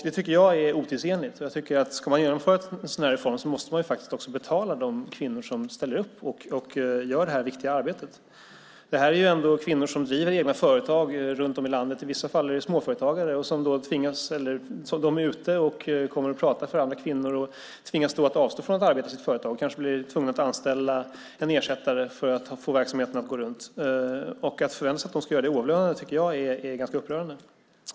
Det tycker jag är otidsenligt. Jag tycker att ska man genomföra en sådan här reform måste man också betala de kvinnor som ställer upp och gör det här viktiga arbetet. Det är ändå kvinnor som driver egna företag runt om i landet. I vissa fall är det småföretagare som kommer att prata för andra kvinnor och tvingas att avstå från att arbeta i sitt företag. De blir kanske tvungna att anställa en ersättare för att få verksamheten att gå runt. Att förvänta sig att de ska göra det oavlönat tycker jag är ganska upprörande.